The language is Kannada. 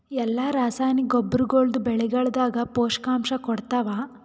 ಎಲ್ಲಾ ರಾಸಾಯನಿಕ ಗೊಬ್ಬರಗೊಳ್ಳು ಬೆಳೆಗಳದಾಗ ಪೋಷಕಾಂಶ ಕೊಡತಾವ?